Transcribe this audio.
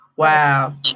Wow